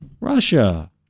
Russia